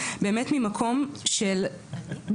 באמת ממקום מכאב,